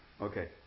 Okay